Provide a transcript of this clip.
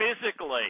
physically